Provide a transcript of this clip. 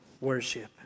worship